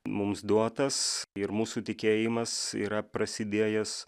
mums duotas ir mūsų tikėjimas yra prasidėjęs